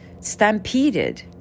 stampeded